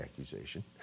accusation